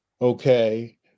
Okay